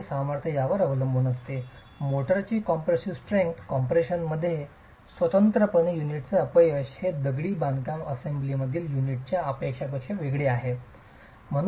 हे सामर्थ्य यावर अवलंबून असते मोर्टारची कॉम्प्रेसीव स्ट्रेंग्थ कॉम्प्रेशनमध्ये स्वतंत्रपणे युनिटचे अपयश हे दगडी बांधकाम असेंब्लीमधील युनिटच्या अपयशापेक्षा वेगळे आहे